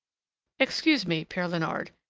excuse me, pere leonard,